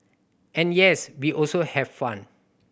and yes we also have fun